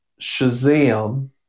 Shazam